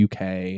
uk